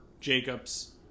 Jacobs